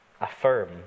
Affirm